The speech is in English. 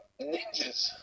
ninjas